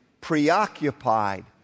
preoccupied